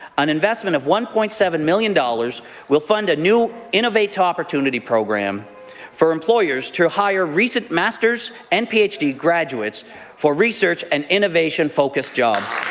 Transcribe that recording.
an investment of one point seven million dollars will fund new innovate to opportunity program for employers to hire recent masters and ph d. graduates for research and innovation focused jobs.